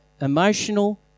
emotional